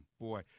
Boy